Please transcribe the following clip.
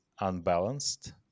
unbalanced